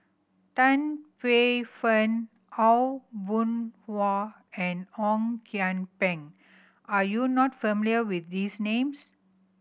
Tan Paey Fern Aw Boon Haw and Ong Kian Peng are you not familiar with these names